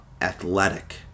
Athletic